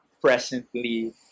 presently